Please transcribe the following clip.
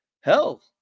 Hell